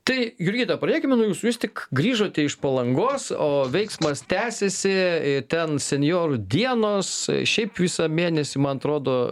tai jurgita pradėkime nuo jūsų jūs tik grįžote iš palangos o veiksmas tęsiasi ten senjorų dienos šiaip visą mėnesį man atrodo